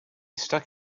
stuck